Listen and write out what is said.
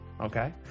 Okay